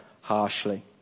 harshly